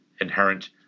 inherent